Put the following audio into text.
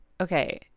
Okay